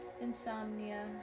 insomnia